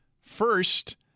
First